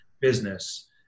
business